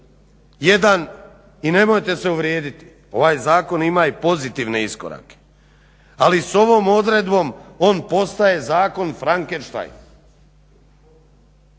jedan i nemojte se uvrijediti ovaj zakon ima i pozitivne iskorake. Ali s ovom odredbom on postaje zakon Freinkeistein.